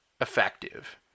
effective